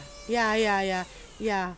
ya ya ya ya